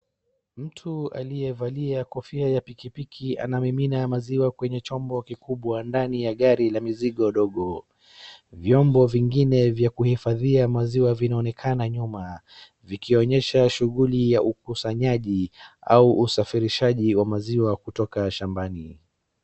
Mtu aliyevalia kofia ya pikipiki anamimina maziwa kwenye chombo kikubwa ndani ya gari la mizigo ndogo. Vyombo vingine vya kuhifadhia maziwa vinaonekana nyuma vikionyesha shughuli ya ukusanyaji au usafirishaji wa maziwa kutoka shambani.